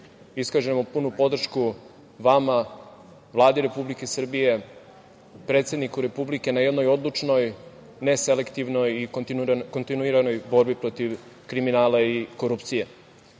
iskažemo punu podršku vama, Vladi Republike Srbije, predsedniku Republike na jednoj odlučnoj, ne selektivnoj i kontinuiranoj borbi protiv kriminala i korupcije. Poslanička